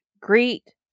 greet